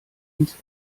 ins